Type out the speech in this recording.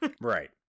Right